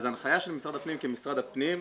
הנחיה של משרד הפנים כמשרד הפנים,